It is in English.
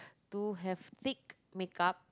to have thick makeup